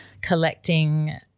collecting